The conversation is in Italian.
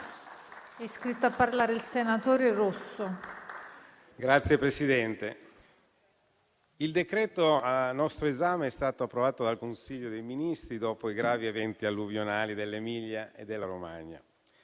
il decreto-legge al nostro esame è stato approvato dal Consiglio dei ministri dopo i gravi eventi alluvionali dell'Emilia e della Romagna.